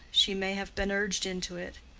she may have been urged into it.